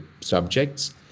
subjects